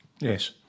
Yes